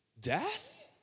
Death